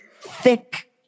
thick